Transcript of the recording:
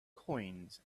coins